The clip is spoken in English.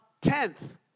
tenth